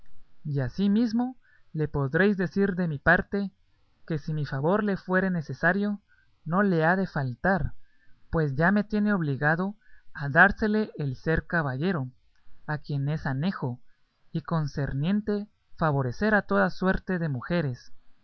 y asimismo le podréis decir de mi parte que si mi favor le fuere necesario no le ha de faltar pues ya me tiene obligado a dársele el ser caballero a quien es anejo y concerniente favorecer a toda suerte de mujeres